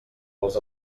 els